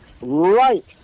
right